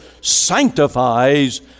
sanctifies